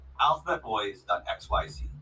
alphabetboys.xyz